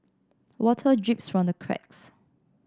water drips from the cracks